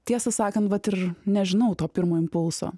tiesą sakant vat ir nežinau to pirmo impulso